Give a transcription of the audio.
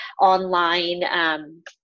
online